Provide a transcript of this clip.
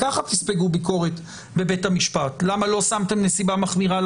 כך תספגו ביקורת בבית המשפט למה לא שמתם נסיבה מחמירה,